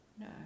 No